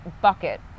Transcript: bucket